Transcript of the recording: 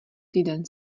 týden